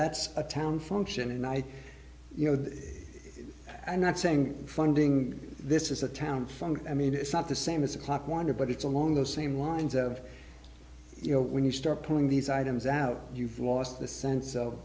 that's a town function and i you know the i'm not saying funding this is a town fund i mean it's not the same as a cop wanted but it's along the same lines of you know when you start pulling these items out you've lost the sense of